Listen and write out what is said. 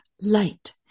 light